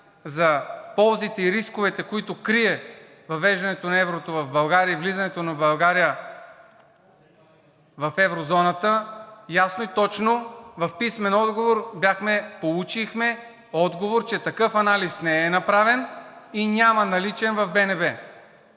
за ползите и рисковете, които крие въвеждането на еврото в България и влизането на България в еврозоната, ясно и точно в писмен отговор получихме отговор, че такъв анализ не е направен и няма наличен в БНБ.